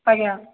ଆଜ୍ଞା